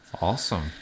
awesome